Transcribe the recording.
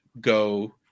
go